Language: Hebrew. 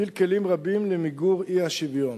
מפעיל כלים רבים למיגור האי-שוויון